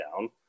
down